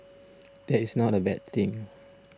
that is not a bad thing